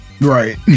right